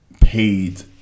paid